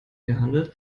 gehandelt